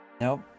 nope